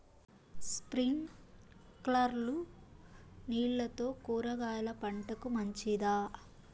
స్ప్రింక్లర్లు నీళ్లతో కూరగాయల పంటకు మంచిదా?